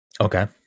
Okay